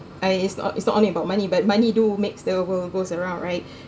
I it's not it's not only about money but money do makes the world goes around right